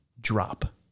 Drop